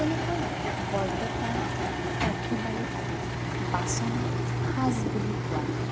তেনেকৈ বৰপেটাৰ সৰ্থেবাৰী আদিত বাচনক সাঁচ বুলি কোৱা হয়